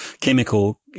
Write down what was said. chemical